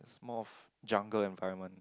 is more of jungle environment